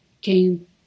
came